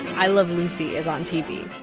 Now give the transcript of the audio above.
i love lucy is on tv.